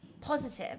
positive